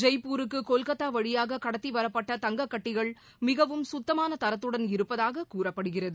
ஜெய்ப்பூருக்கு கொல்கத்தாவழியாககடத்திவரப்பட்ட தங்கக்கட்டிகள் மிகவும் சுத்தமானதரத்துடன் இருப்பதாககூறப்படுகிறது